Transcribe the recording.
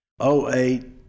08